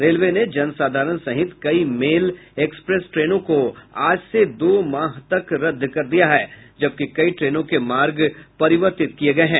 railway ने जन साधारण सहित कई मेल एक्सप्रेस ट्रेनों को आज से दो माह तक रद्द कर दिया है जबकि कई ट्रेनों के मार्ग परिवर्तित किये गये हैं